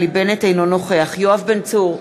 אינו נוכח יואב בן צור,